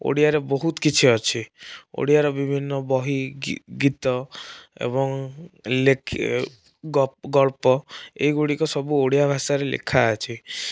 ଓଡ଼ିଆରେ ବହୁତ କିଛି ଅଛି ଓଡ଼ିଆର ବିଭିନ୍ନ ବହି ଗୀତ ଏବଂ ଗଳ୍ପ ଏଗୁଡ଼ିକ ସବୁ ଓଡ଼ିଆ ଭାଷାରେ ଲେଖା ଅଛି